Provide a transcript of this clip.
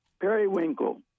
periwinkle